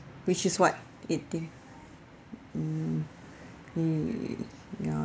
which is what eighteen mm hmm ya